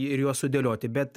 ir juos sudėlioti bet